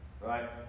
right